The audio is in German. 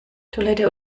toilette